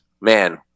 man